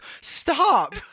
Stop